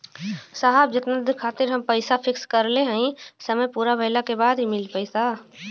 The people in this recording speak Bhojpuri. साहब जेतना दिन खातिर हम पैसा फिक्स करले हई समय पूरा भइले के बाद ही मिली पैसा?